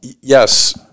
yes